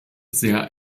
sehr